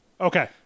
Okay